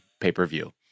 pay-per-view